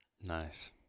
Nice